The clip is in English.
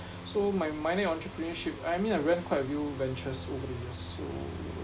so my minor in entrepreneurship I mean I ran quite a few ventures over the years so